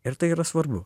ir tai yra svarbu